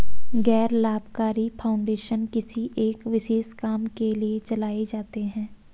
गैर लाभकारी फाउंडेशन किसी एक विशेष काम के लिए चलाए जाते हैं